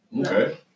okay